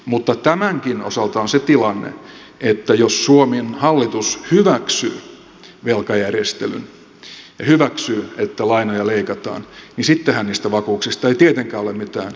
mutta tämänkin osalta on se tilanne että jos suomen hallitus hyväksyy velkajärjestelyn ja hyväksyy että lainoja leikataan niin sittenhän niistä vakuuksista ei tietenkään ole mitään hyötyä